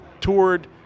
toured